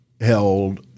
held